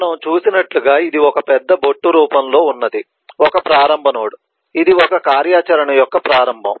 మనం చూసినట్లుగా ఇది ఒక పెద్ద బొట్టు రూపం లో వున్నది ఒక ప్రారంభ నోడ్ ఇది ఒక కార్యాచరణ యొక్క ప్రారంభం